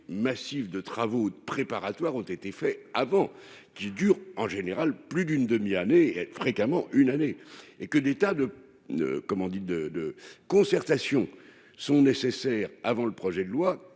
massive de travaux préparatoires ont été faits avant qui dure en général, plus d'une demi-année fréquemment une année et que des tas de de comment dire de de concertation sont nécessaires avant le projet de loi